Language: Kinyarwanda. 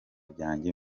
byanjye